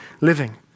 living